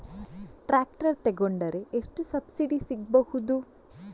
Tractor ತೊಕೊಂಡರೆ ಎಷ್ಟು subsidy ಸಿಗಬಹುದು?